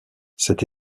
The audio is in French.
cette